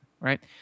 right